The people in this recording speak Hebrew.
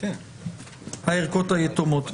הערכות היתומות.